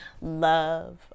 love